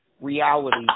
reality